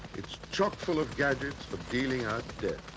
it's chockfull of gadgets for dealing out death.